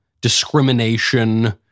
discrimination